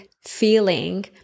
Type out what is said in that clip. feeling